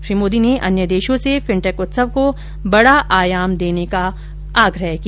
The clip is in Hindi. श्री मोदी ने अन्य देशों से फिन्टेक उत्सव को बड़ा आयाम देने का आग्रह किया